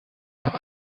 noch